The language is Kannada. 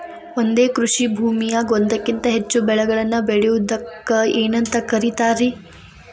ಒಂದೇ ಕೃಷಿ ಭೂಮಿಯಾಗ ಒಂದಕ್ಕಿಂತ ಹೆಚ್ಚು ಬೆಳೆಗಳನ್ನ ಬೆಳೆಯುವುದಕ್ಕ ಏನಂತ ಕರಿತಾರಿ?